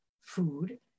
food